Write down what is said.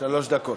שלוש דקות.